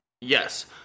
Yes